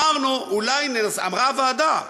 אמרה הוועדה,